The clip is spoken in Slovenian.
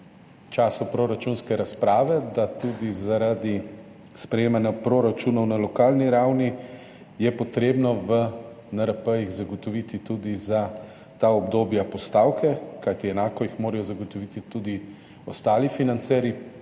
času proračunske razprave, da je tudi zaradi sprejemanja proračunov na lokalni ravni potrebno v NRP-jih zagotoviti tudi za ta obdobja postavke. Kajti enako jih morajo zagotoviti tudi ostali financerji,